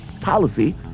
Policy